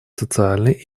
социальной